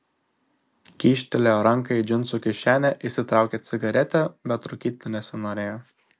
kyštelėjo ranką į džinsų kišenę išsitraukė cigaretę bet rūkyti nesinorėjo